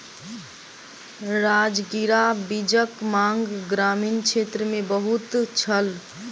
राजगिरा बीजक मांग ग्रामीण क्षेत्र मे बहुत छल